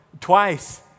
twice